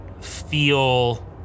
feel